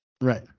Right